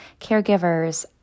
caregivers